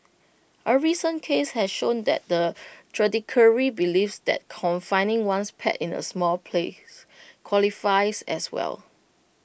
A recent case has shown that the judiciary believes that confining one's pet in A small place qualifies as well